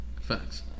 Facts